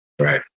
Right